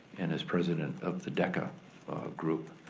and is president of the deca group.